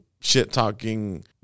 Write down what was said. shit-talking